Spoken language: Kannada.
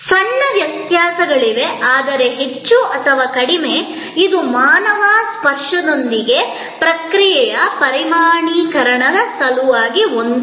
ಸಣ್ಣ ವ್ಯತ್ಯಾಸಗಳಿವೆ ಆದರೆ ಹೆಚ್ಚು ಅಥವಾ ಕಡಿಮೆ ಇದು ಮಾನವ ಸ್ಪರ್ಶದೊಂದಿಗೆ ಪ್ರಕ್ರಿಯೆಯ ಪ್ರಮಾಣೀಕರಣದ ಸಲುವಾಗಿ ಒಂದೇ ಆಗಿರುತ್ತದೆ